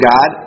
God